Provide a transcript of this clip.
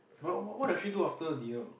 but what does she do after dinner